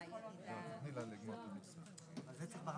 סעיף הדיווח יקבע ש"המוסד ידווח לוועדת העבודה